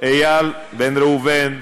איל בן ראובן ואילן,